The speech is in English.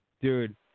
dude